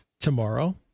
tomorrow